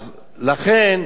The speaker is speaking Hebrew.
לכן